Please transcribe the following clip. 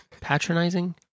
patronizing